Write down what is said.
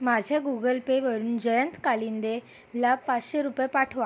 माझ्या गुगल पेवरून जयंत कालिंदेला पाचशे रुपये पाठवा